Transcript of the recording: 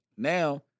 Now